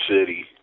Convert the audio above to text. City